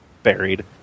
Buried